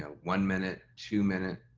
ah one minute, two minute,